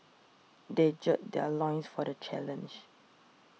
they gird their loins for the challenge